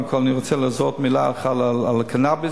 קודם אני רוצה לזרוק מלה על הקנאביס,